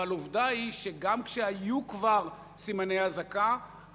אבל העובדה היא שגם כשכבר היו סימני אזעקה,